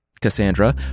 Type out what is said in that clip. Cassandra